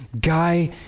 guy